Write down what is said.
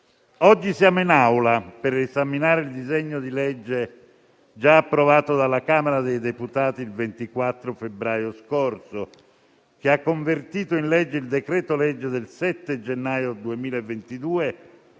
Oggi siamo in Aula per esaminare il disegno di legge, già approvato dalla Camera dei deputati il 24 febbraio scorso, che ha convertito in legge il decreto-legge n. 1 del 7 gennaio 2022,